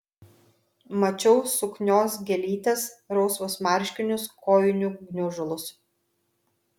mačiau suknios gėlytes rausvus marškinius kojinių gniužulus